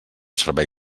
servei